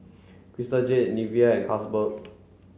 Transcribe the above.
Crystal Jade Nivea and Carlsberg